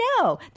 no